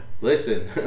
Listen